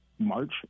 March